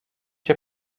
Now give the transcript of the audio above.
się